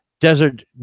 desert